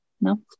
No